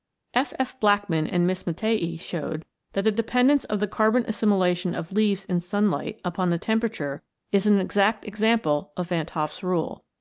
f. f. blackman and miss matthaei showed that the dependence of the carbon assimilation of leaves in sunlight upon the tem perature is an exact example of van t hoff's rule.